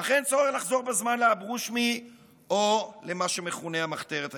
אך אין צורך לחזור בזמן לאברושמי או למה שמכונה "המחתרת היהודית".